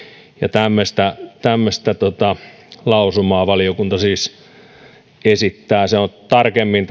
tämmöistä tämmöistä lausumaa valiokunta siis esittää tarkemmin